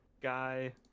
guy